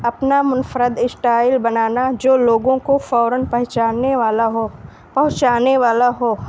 اپنا منفرد اشٹائل بنانا جو لوگوں کو فوراً پہچاننے والا ہو پہنچانے والا ہو